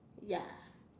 ya